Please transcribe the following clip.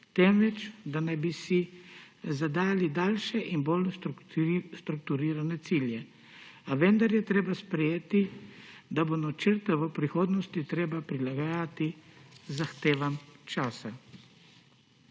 temveč da naj bi si zadali daljše in bolj strukturirane cilje, a vendar je treba sprejeti, da bo načrte v prihodnosti treba prilagajati zahtevam časa.